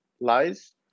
lies